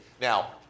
Now